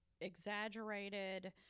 exaggerated